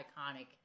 iconic